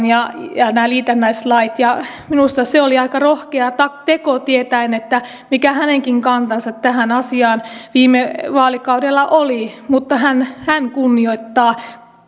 ja ja nämä liitännäislait tuonut eduskuntaan minusta se oli aika rohkea teko tietäen mikä hänenkin kantansa tähän asiaan viime vaalikaudella oli mutta hän hän kunnioittaa